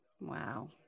wow